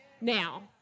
now